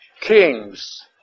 kings